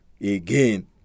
again